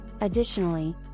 Additionally